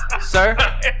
sir